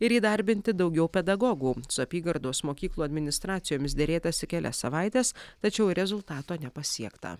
ir įdarbinti daugiau pedagogų su apygardos mokyklų administracijomis derėtasi kelias savaites tačiau rezultato nepasiekta